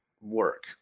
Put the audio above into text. work